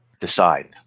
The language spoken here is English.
decide